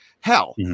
Hell